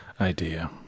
idea